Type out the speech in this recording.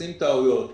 עושים טעויות.